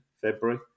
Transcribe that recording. February